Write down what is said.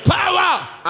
power